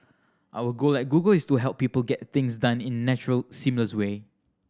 our goal at Google is to help people get things done in natural seamless way